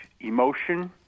Emotion